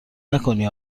نکنی